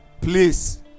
please